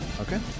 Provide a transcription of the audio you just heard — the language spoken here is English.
Okay